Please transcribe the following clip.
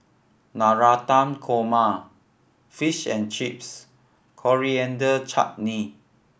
Navratan Korma Fish and Chips Coriander Chutney